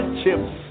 chips